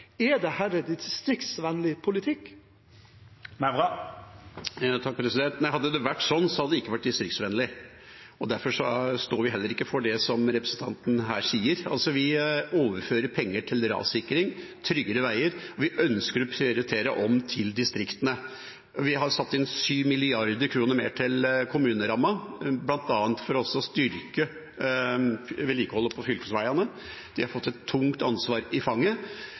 som representanten her sier. Vi overfører penger til rassikring og tryggere veier. Vi ønsker å prioritere om til distriktene. Vi har satt inn 7 mrd. kr mer til kommuneramma, bl.a. for å styrke vedlikeholdet på fylkesveiene. De har fått et tungt ansvar i fanget.